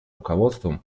руководством